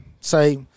say